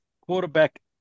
quarterback